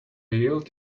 yield